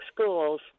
schools